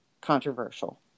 controversial